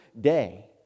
day